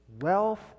Wealth